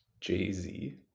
Jay-Z